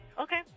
Okay